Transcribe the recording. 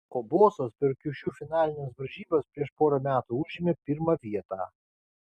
o bosas per kiušiu finalines varžybas prieš porą metų užėmė pirmą vietą